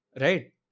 Right